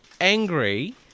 angry